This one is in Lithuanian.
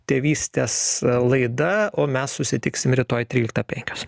tėvystės laida o mes susitiksim rytoj tryliktą penkios